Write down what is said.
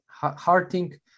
Harting